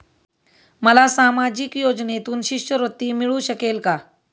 मला सामाजिक योजनेतून शिष्यवृत्ती मिळू शकेल का?